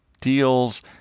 deals